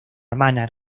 hermana